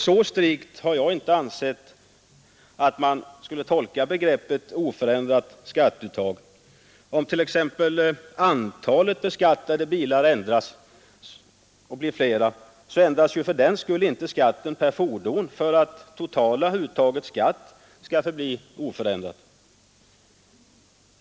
Så strikt har jag inte ansett att man bör tolka begreppet ”oförändrat skatteuttag”. Om t.ex. antalet beskattade bilar blir större ändras ju fördenskull inte skatten per fordon, för att det totala uttaget av skatten skall bli oförändrat.